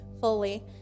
fully